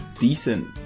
Decent